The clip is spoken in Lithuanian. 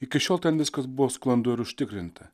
iki šiol ten viskas buvo sklandu ir užtikrinta